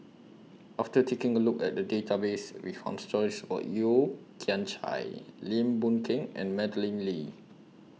after taking A Look At The Database We found stories of Yeo Kian Chye Lim Boon Keng and Madeleine Lee